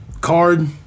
Card